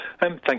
Thank